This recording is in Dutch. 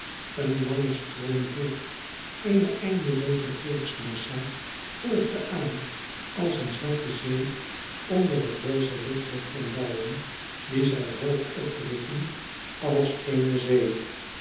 een lange stroom volk eene eindelooze volksmassa golfde aan als een zwarte zee onder het rosse licht der flambouwen die zij hoog opdroegen als eene zee